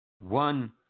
One